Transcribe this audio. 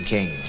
King